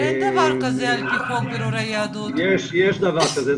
אין דבר כזה עפ"י חוק בירורי יהדות יש דבר כזה,